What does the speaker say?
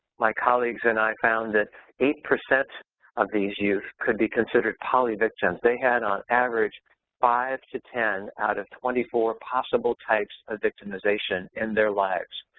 my colleagues and i found that eight percent of these youth could be considered poly-victims. they had on average five to ten out of twenty four possible types of victimization in their lives.